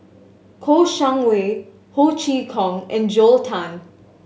Kouo Shang Wei Ho Chee Kong and Joel Tan